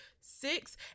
six